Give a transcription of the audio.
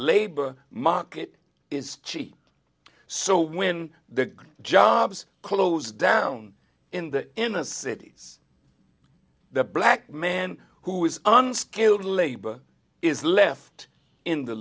labor market is cheap so when the jobs closed down in the inner cities the black man who is unskilled labor is left in the